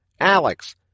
Alex